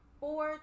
four